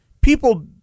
People